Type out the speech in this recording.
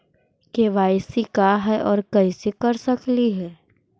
KYC का है, और कैसे कर सकली हे?